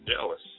Jealous